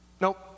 nope